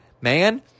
man